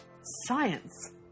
science